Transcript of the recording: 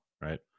right